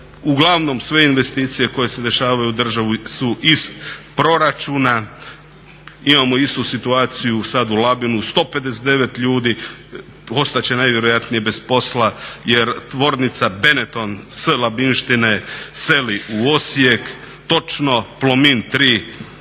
uglavnom sve investicije koje se dešavaju u državi su iz proračuna. Imamo istu situaciju sada u Labinu 159 ljudi ostati će najvjerojatnije bez posla jer tvornica Benetton sa Labinštine seli u Osijek. Točno Plomin 3